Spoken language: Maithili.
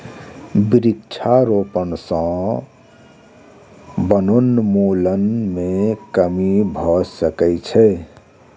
वृक्षारोपण सॅ वनोन्मूलन मे कमी भ सकै छै